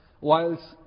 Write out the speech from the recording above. whilst